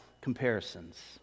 comparisons